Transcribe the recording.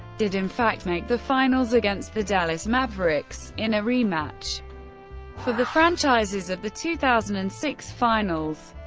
did in fact make the finals against the dallas mavericks, in a rematch for the franchises of the two thousand and six finals.